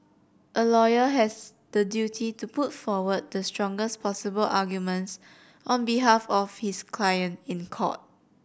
a lawyer has the duty to put forward the strongest possible arguments on behalf of his client in court